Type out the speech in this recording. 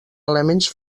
elements